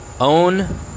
own